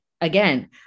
again